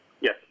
Yes